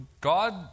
God